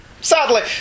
Sadly